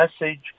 message